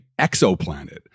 exoplanet